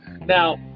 Now